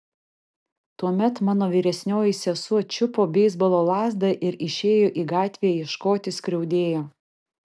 tuomet mano vyresnioji sesuo čiupo beisbolo lazdą ir išėjo į gatvę ieškoti skriaudėjo